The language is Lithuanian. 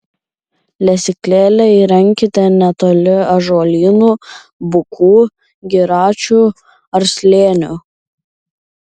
lesyklėlę įrenkite netoli ąžuolynų bukų giraičių ar slėnių